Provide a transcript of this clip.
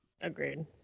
agreed